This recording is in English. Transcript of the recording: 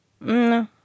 No